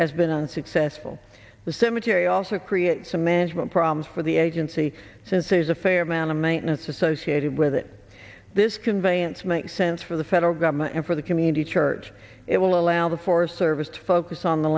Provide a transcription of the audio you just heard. has been unsuccessful the cemetery also creates a management problems for the agency since it is a fair amount of maintenance associated with it this conveyance makes sense for the federal government and for the community church it will allow the forest service to focus on the